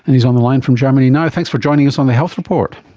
he's on the line from germany now. thanks for joining us on the health report.